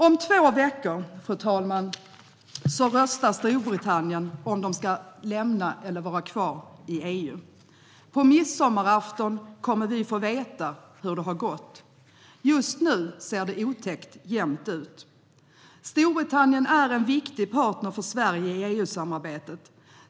Om två veckor röstar Storbritannien om huruvida de ska lämna eller vara kvar i EU. På midsommarafton kommer vi att få veta hur det har gått. Just nu ser det otäckt jämnt ut. Storbritannien är en viktig partner för Sverige i EU-samarbetet.